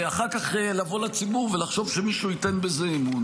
ואחר כך לבוא לציבור ולחשוב שמישהו ייתן בזה אמון.